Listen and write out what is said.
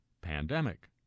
pandemic